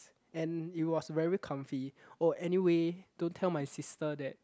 and it was very comfy orh anyway don't tell my sister that